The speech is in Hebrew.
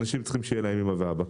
אנשים צריכים שיהיה להם אמא ואבא.